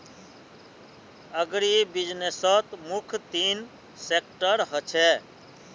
अग्रीबिज़नेसत मुख्य तीन सेक्टर ह छे